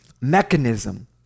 mechanism